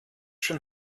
schon